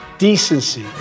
Decency